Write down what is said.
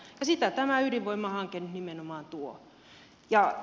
ja sitä tämä ydinvoimahanke nyt nimenomaan tuo